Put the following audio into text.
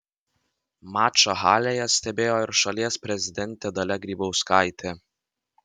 mačą halėje stebėjo ir šalies prezidentė dalia grybauskaitė